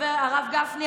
הרב גפני,